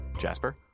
Jasper